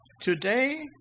Today